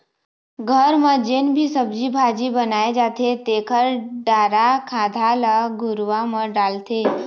घर म जेन भी सब्जी भाजी बनाए जाथे तेखर डारा खांधा ल घुरूवा म डालथे